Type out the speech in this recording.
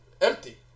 empty